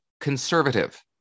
conservative